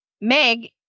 Meg